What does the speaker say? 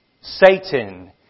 Satan